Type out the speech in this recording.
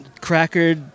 cracker